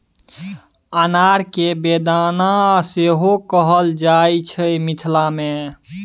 अनार केँ बेदाना सेहो कहल जाइ छै मिथिला मे